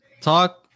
Talk